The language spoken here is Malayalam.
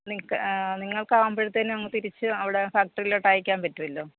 നിങ്ങൾക്ക് നിങ്ങൾക്കാവുമ്പോഴത്തെന് അങ്ങ് തിരിച്ച് അവിടെ ഫാക്റ്ററീലോട്ട് അയക്കാൻ പറ്റുമല്ലോ